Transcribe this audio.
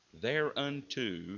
thereunto